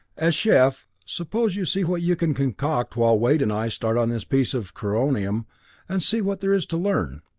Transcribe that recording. as chef, suppose you see what you can concoct while wade and i start on this piece of coronium and see what there is to learn.